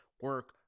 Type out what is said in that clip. Work